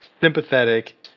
sympathetic